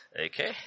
Okay